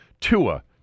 Tua